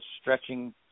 stretching –